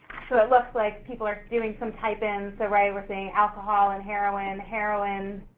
so it looks like people are doing some typing so, right, we're seeing alcohol and heroin, heroin.